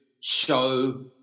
show